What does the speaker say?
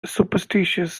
superstitious